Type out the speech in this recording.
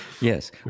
Yes